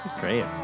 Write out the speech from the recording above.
great